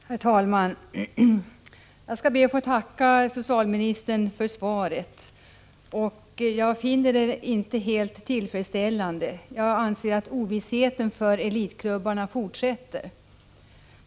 Herr talman! Jag ber att få tacka socialministern för svaret. Jag finner det inte helt tillfredsställande. Jag anser att ovissheten för elitklubbarna fortsätter.